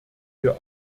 wir